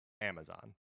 Amazon